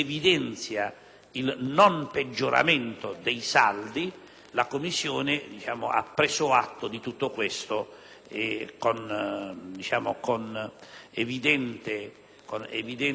il non peggioramento dei saldi, la Commissione ha preso atto di tutto questo con evidente